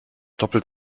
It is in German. doppelt